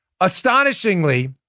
Astonishingly